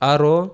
Aro